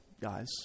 guys